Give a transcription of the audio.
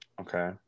Okay